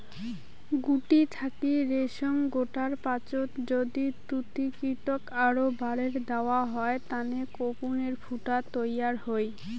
গুটি থাকি রেশম গোটার পাচত যদি তুতকীটক আরও বারের দ্যাওয়া হয় তানে কোকুনের ফুটা তৈয়ার হই